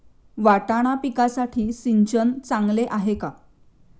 वाटाणा पिकासाठी सिंचन चांगले आहे का?